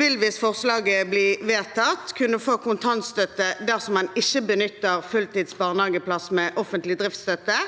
vil, hvis forslaget blir vedtatt, kunne få kontantstøtte dersom man ikke benytter fulltids barnehageplass med offentlig driftsstøtte.